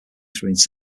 through